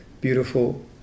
beautiful